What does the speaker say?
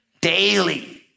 Daily